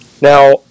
Now